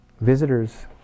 visitors